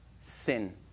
sin